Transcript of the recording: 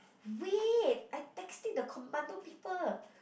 wait I texting the commando people